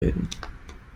reden